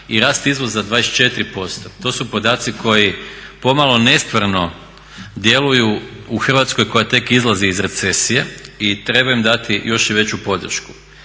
i rast izvoza 24%, to su podaci koji pomalo nestvarno djeluju u Hrvatskoj koja tek izlazi iz recesije i treba im dati još i veću podršku.